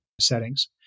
settings